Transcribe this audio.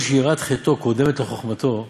כל שיראת חטאו קודמת לחוכמתו,